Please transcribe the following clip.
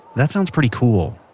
that sounds pretty cool.